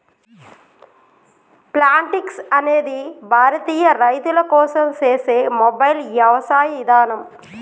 Plantix అనేది భారతీయ రైతుల కోసం సేసే మొబైల్ యవసాయ ఇదానం